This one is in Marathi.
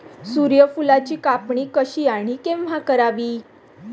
सूर्यफुलाची कापणी कशी आणि केव्हा करावी?